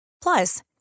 plus